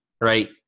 right